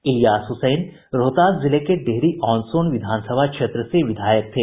इलियास हसैन रोहतास जिले के डेहरी ऑन सोन विधानसभा क्षेत्र से विधायक थे